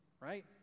right